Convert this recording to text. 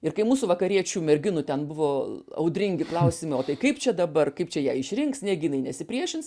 ir kai mūsų vakariečių merginų ten buvo audringi klausimai o tai kaip čia dabar kaip čia jai išrinks negi jinai nesipriešins